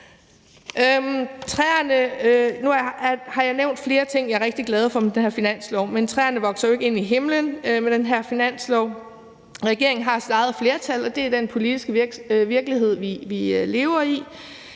Nu har jeg nævnt flere ting, jeg er rigtig glad for ved den her finanslov, men træerne vokser jo ikke ind i himlen. Regeringen har sit eget flertal, og det er den politiske virkelighed, vi lever i.